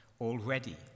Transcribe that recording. already